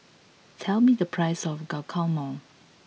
tell me the price of Guacamole